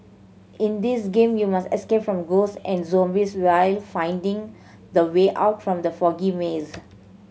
in this game you must escape from ghosts and zombies while finding the way out from the foggy maze